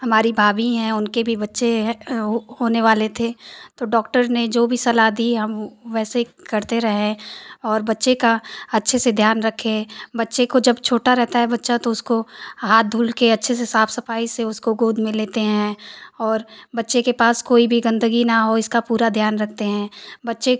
हमारी भाभी हैं उनके भी बच्चे ह होने वाले थे तो डॉक्टर ने जो भी सलाह दी हम वैसे करते रहे और बच्चे का अच्छे से ध्यान रखे बच्चे को जब छोटा रहता है बच्चा तो उसको हाथ धुल कर अच्छे से साफ़ सफाई से उसको गोद में लेते हैं और बच्चे के पास कोई भी गंदगी न हो इसका भी पूरा ध्यान रखते हैं बच्चे